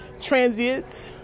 transients